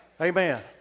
Amen